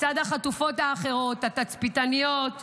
לצד החטופות האחרות, התצפיתניות דניאלה,